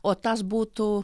o tas būtų